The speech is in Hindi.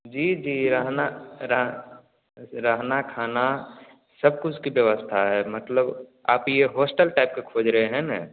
जी जी रहना रह रहने खाने सब कुछ की व्यवस्था है मतलब आप यह हॉस्टल टाइप का खोज रहे हैं ना